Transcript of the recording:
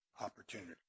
opportunity